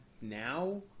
now